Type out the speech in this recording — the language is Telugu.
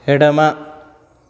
ఎడమ